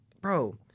bro